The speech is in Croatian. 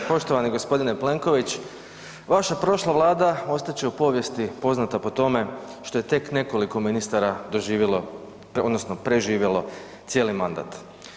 Poštovani gospodine Plenković, vaša prošla vlada ostat će u povijesti poznata po tome što je tek nekoliko ministara doživjelo odnosno preživjelo cijeli mandat.